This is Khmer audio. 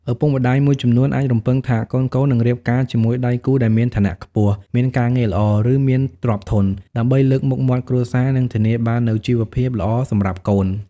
ឪពុកម្ដាយមួយចំនួនអាចរំពឹងថាកូនៗនឹងរៀបការជាមួយដៃគូដែលមានឋានៈខ្ពស់ មានការងារល្អ ឬមានទ្រព្យធន ដើម្បីលើកមុខមាត់គ្រួសារ និងធានាបាននូវជីវភាពល្អសម្រាប់កូន។